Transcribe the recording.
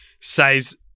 says